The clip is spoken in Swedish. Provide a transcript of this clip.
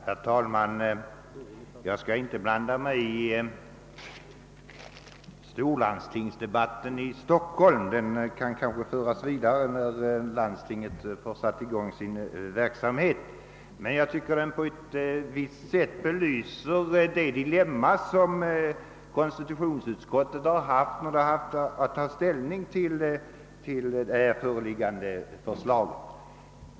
Herr talman! Jag skall inte blanda mig i storlandstingsdebatten i Stockholm. Den kan kanske föras vidare när landstinget har satt i gång sin verksamhet. På ett visst sätt belyser den dock det dilemma som konstitutionsutskottet hamnat i när utskottet haft att ta ställning till det föreliggande förslaget.